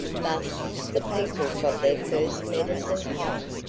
thus the people got their first medicine pipe.